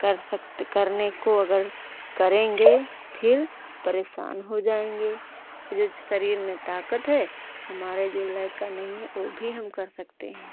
कर सकते करने को अगर करेंगे फ़िर परेशान हो जाएंगे फ़िर जो शरीर में ताकत है हमारे जो लड़का नहीं है ओ भी हम कर सकते हैं